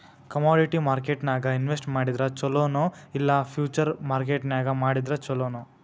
Commodity ಮಾರ್ಕೆಟ್ನ್ಯಾಗ್ invest ಮಾಡಿದ್ರ ಛೊಲೊ ನೊ ಇಲ್ಲಾ ಫ್ಯುಚರ್ ಮಾರ್ಕೆಟ್ ನ್ಯಾಗ್ ಮಾಡಿದ್ರ ಛಲೊನೊ?